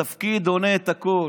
התפקיד עונה את הכול.